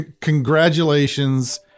congratulations